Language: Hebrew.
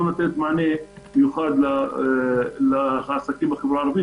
לא נותנת מענה לעסקים בחברה הערבית.